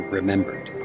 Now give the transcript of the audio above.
remembered